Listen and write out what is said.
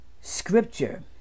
scripture